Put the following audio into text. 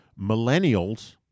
millennials